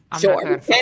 Sure